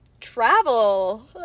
travel